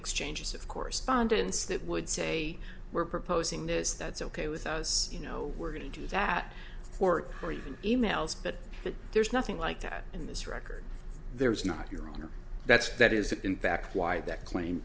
exchanges of correspondence that would say we're proposing this that's ok with us you know we're going to do that work or even e mails but there's nothing like that in this record there was not your honor that's that is in fact why that cl